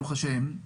ברוך השם,